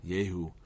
Yehu